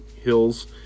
hills